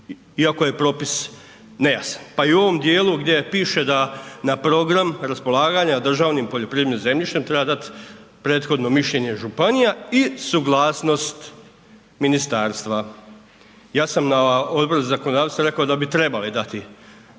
iako je propis nejasan pa i u ovom djelu gdje piše da na program raspolaganja državnim poljoprivrednim zemljištem treba dat prethodno mišljenje županija i suglasnost ministarstva. Ja sam na Odboru za zakonodavstvo rekao da bi trebali dati